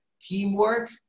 teamwork